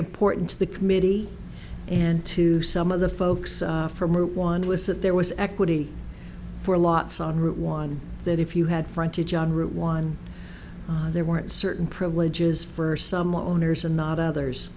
important to the committee and to some of the folks from one was that there was equity for lots on route one that if you had frontage on route one there weren't certain privileges for somewhat owners and not others